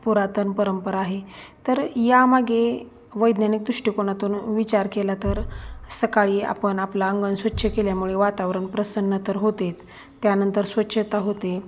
पुरातन परंपरा आहे तर यामागे वैज्ञानिक दृष्टिकोनातून विचार केला तर सकाळी आपण आपलं अंगण स्वच्छ केल्यामुळे वातावरण प्रसन्न तर होतेच त्यानंतर स्वच्छता होते